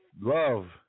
Love